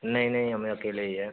नहीं नहीं हम अकेले ही है